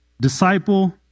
disciple